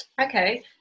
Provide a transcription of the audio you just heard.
Okay